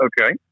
Okay